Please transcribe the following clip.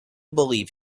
believe